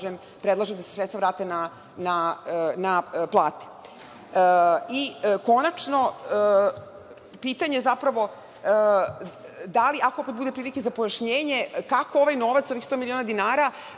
da se sredstva vrate na plate. Konačno, pitanje, zapravo, ako bude prilike za pojašnjenje kako ovaj novac, ovih 100 miliona dinara